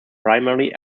primarily